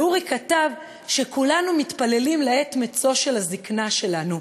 אורי כתב שכולנו מתפללים לעת מצוא שהזיקנה שלנו,